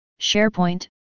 SharePoint